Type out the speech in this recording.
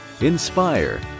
inspire